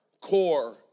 core